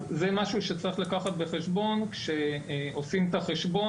זה משהו שצריך לקחת בחשבון כשעושים את החשבון